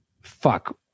fuck